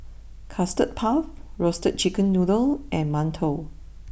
custard Puff Roasted Chicken Noodle and Mantou